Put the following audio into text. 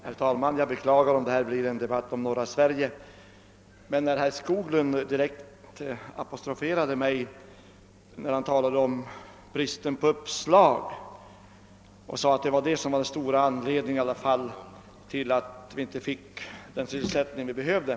Herr talman! Jag beklagar om detta blir en debatt om norra Sverige. Herr Skoglund nämnde mig direkt, när han talade om bristen på uppslag och sade, att det i alla fall var den bristen som var den största anledningen till att vi inte fick den sysselsättning vi behövde.